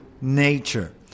nature